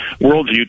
worldview